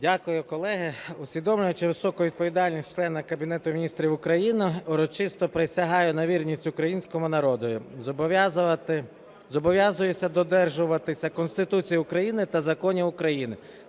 Дякую, колеги. Усвідомлюючи високу відповідальність члена Кабінету Міністрів України, урочисто присягаю на вірність Українському народові. Зобов’язуюся додержуватися Конституції України та законів України,